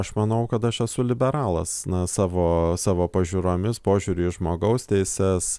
aš manau kad aš esu liberalas na savo savo pažiūromis požiūriu į žmogaus teises